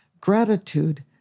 Gratitude